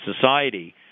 society